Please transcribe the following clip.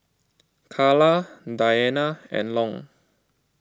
Carla Diana and Long